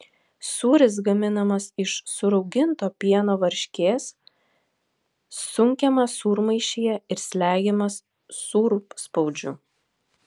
sūris gaminamas iš surauginto pieno varškės sunkiamas sūrmaišyje ir slegiamas sūrspaudžiu